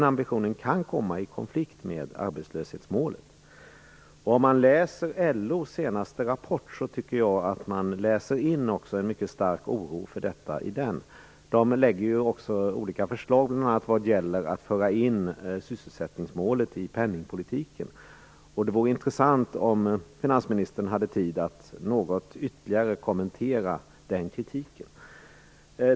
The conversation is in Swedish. Av LO:s senaste rapport kan man utläsa en mycket stark oro för detta. Man lägger också fram olika förslag bl.a. när det gäller att föra in sysselsättningsmålet i penningpolitiken. Det vore intressant om finansministern hade tid att något ytterligare kommentera den kritiken.